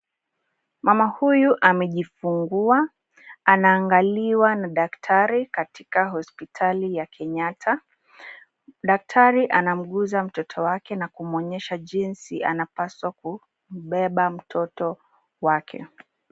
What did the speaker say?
Mama huyu amejifungua ana angaliwa na Daktari katika hosptali ya Kenyatta Daktari anamguza mtoto wake na kumuonyesha jinsi anapaswa kumbeba mtoto wake.